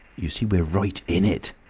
you see we're right in it!